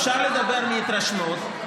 אפשר לדבר מהתרשמות,